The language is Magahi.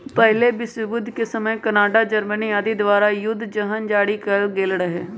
पहिल विश्वजुद्ध के समय कनाडा, जर्मनी आदि द्वारा जुद्ध बन्धन जारि कएल गेल रहै